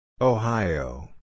Ohio